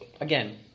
Again